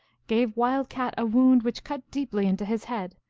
gave wild cat a wound which cut deeply into his head,